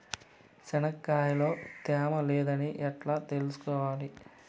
చెనక్కాయ లో తేమ లేదని ఎట్లా తెలుసుకోవాలి?